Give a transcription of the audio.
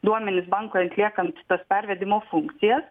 duomenis bankui atliekant tas pervedimo funkcijas